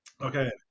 Okay